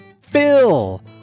Phil